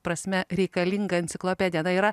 prasme reikalinga enciklopedija na yra